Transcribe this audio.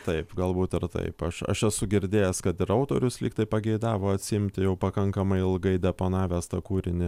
taip galbūt ir taip aš aš esu girdėjęs kad ir autorius lyg tai pageidavo atsiimti jau pakankamai ilgai deponavęs tą kūrinį